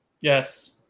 Yes